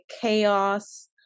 chaos